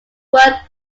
work